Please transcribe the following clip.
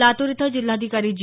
लातूर इथं जिल्हाधिकारी जी